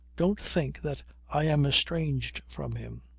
don't think that i am estranged from him.